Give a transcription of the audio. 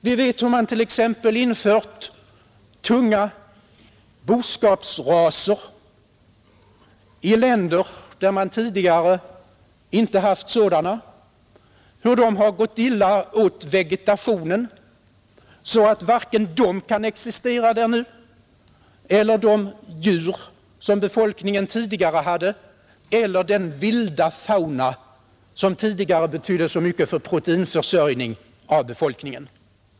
Vi vet hur man t.ex. infört tunga boskapsraser i länder där man tidigare inte haft sådana, hur dessa gått illa åt vegetationen, så att varken de själva kan existera där nu eller de djur som befolkningen tidigare hade eller den vilda fauna som tidigare betydde så mycket för befolkningens proteinförsörjning.